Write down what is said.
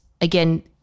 again